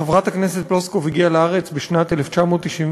חברת הכנסת פלוסקוב הגיעה לארץ בשנת 1991,